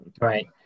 Right